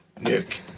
Nick